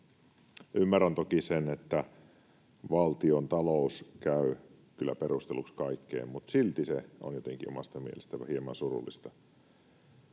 Ymmärrän toki sen, että valtiontalous käy kyllä perusteluksi kaikkeen, mutta silti se on omasta mielestäni jotenkin hieman surullista.